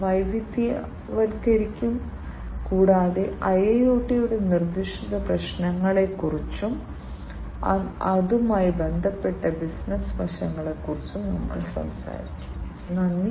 കാരണം വ്യവസായങ്ങളിലെ ഈ സെൻസറുകളുടെയും ആക്യുവേറ്ററുകളുടെയും വില കൂടുതലാണെങ്കിൽ ഉൽപ്പന്നങ്ങളുടെ വിലയും പരോക്ഷമായി വർദ്ധിക്കാൻ പോകുന്നു അത് ഒരു വ്യവസായവും ഉടനടി ആഗ്രഹിക്കുന്ന ഒന്നല്ല